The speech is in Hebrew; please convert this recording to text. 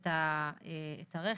ואת הרחם.